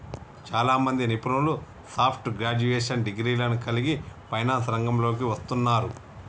చాలామంది నిపుణులు soft graduation డిగ్రీలను కలిగి ఫైనాన్స్ రంగంలోకి వస్తున్నారు